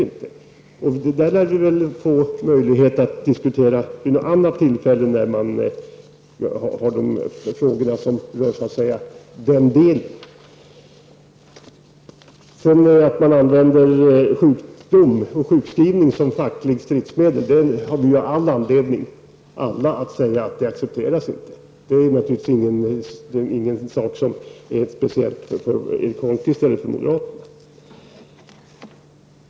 Men det här lär vi väl få möjlighet att diskutera vid något annat tillfälle, när vi har det uppe som rör den delen. Vad beträffar sjukskrivning som facklig stridsåtgärd har vi alla all anledning att säga att det accepteras inte. Det är inte någonting som är speciellt för Erik Holmkvist eller för moderaterna.